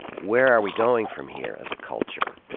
where are we going from here, as a culture?